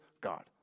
God